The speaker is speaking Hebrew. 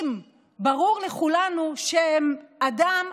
אם ברור לכולנו שהם אדם,